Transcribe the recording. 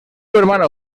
hermano